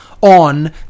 on